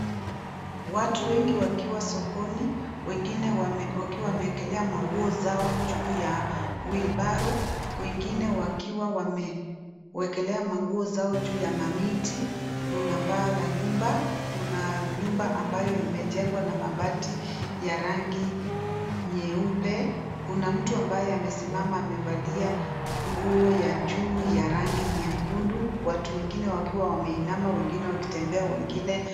Watu wengi wakiwa sokoni wengine wakiwa wameelekeza manguo zao juu ya (cs) wheelbarrow(cs) wengine wakiwa wamewelekea manguo zao juu ya mamiti kuna paa la nyumba kuna nyumba ambayo imejengwa na mabati ya rangi nyeupe, kuna mtu ambaye amesimama amevalia nguo ya juu ya rangi nyekundu watu wengine wakiwa wamesimama wengine wakitembea wengine